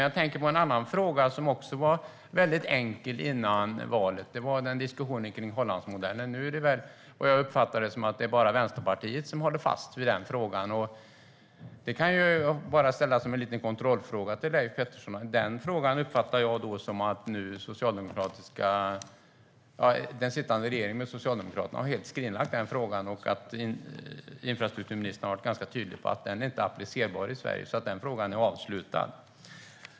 Jag tänker på en annan fråga som framstod som enkel före valet. Det gällde diskussionen om Hollandsmodellen. Jag uppfattar det som att det bara är Vänsterpartiet som håller fast vid den frågan. Jag kan ställa en liten kontrollfråga till Leif Pettersson. Jag uppfattar att den sittande regeringen med Socialdemokraterna helt har skrinlagt den frågan och att infrastrukturministern har varit tydlig med att den inte är applicerbar i Sverige och därför är avslutad.